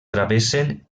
travessen